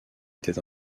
était